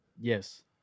Yes